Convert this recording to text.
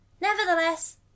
nevertheless